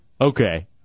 Okay